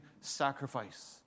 sacrifice